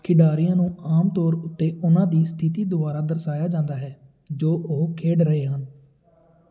ਖਿਡਾਰੀਆਂ ਨੂੰ ਆਮ ਤੌਰ ਉੱਤੇ ਉਹਨਾਂ ਦੀ ਸਥਿਤੀ ਦੁਆਰਾ ਦਰਸਾਇਆ ਜਾਂਦਾ ਹੈ ਜੋ ਉਹ ਖੇਡ ਰਹੇ ਹਨ